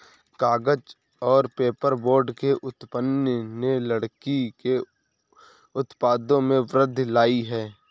कागज़ और पेपरबोर्ड के उत्पादन ने लकड़ी के उत्पादों में वृद्धि लायी है